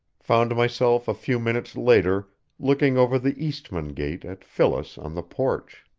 found myself a few minutes later looking over the eastmann gate at phyllis on the porch.